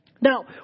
Now